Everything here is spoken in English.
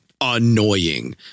annoying